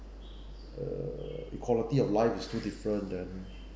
uh the quality of life is too different then